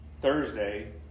Thursday